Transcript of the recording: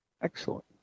Excellent